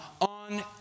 on